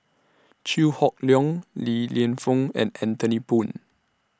Chew Hock Leong Li Lienfung and Anthony Poon